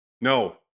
No